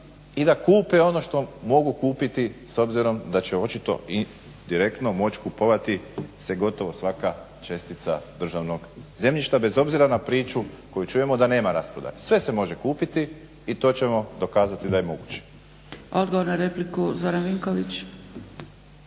i da kupe ono što mogu kupiti s obzirom da će očito i direktno moći kupovati se gotovo svaka čestica državnog zemljišta bez obzira na priču koju čujemo da nema rasprodaje. Sve se može kupiti i to ćemo dokazati da je moguće. **Zgrebec, Dragica (SDP)** Odgovor na repliku Zoran Vinković.